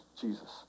Jesus